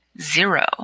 zero